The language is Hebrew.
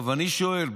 אני שואל,